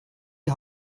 die